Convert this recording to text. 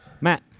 Matt